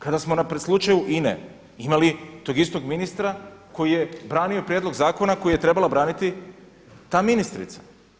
Kada smo na slučaju INA-e tog istog ministra koji je branio prijedlog zakona koji je trebala braniti ta ministrica.